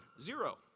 zero